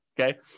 okay